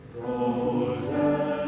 golden